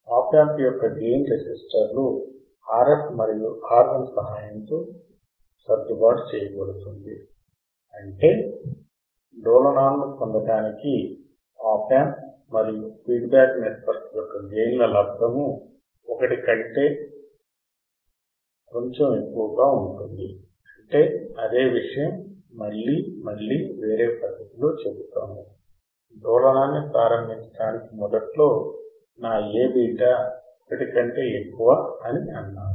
ఆప్ amp యొక్క gain రెసిస్టర్లు RF మరియు R1 సహాయంతో సర్దుబాటు చేయబడుతుంది అంటే డోలనాలను పొందడానికి ఆప్ యాంప్ మరియు ఫీడ్బ్యాక్ నెట్వర్క్ యొక్క గెయిన్ ల లబ్దము 1 కంటే ఒకటి కంటే కొంచెం ఎక్కువగా ఉంటుంది అంటే అదే విషయం మళ్లీ మళ్లీ వేరే పద్ధతిలో చెబుతాము డోలనాన్ని ప్రారంభించడానికి మొదట్లో నా A𝛃 ఒకటి కంటే ఎక్కువ అని అన్నాము